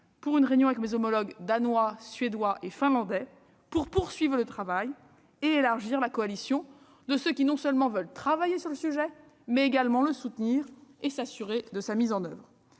pour une réunion avec mes homologues danois, suédois et finlandais, afin de poursuivre le travail et d'élargir la coalition de ceux qui veulent non seulement travailler sur le sujet, mais également le soutenir et s'assurer de sa mise en oeuvre.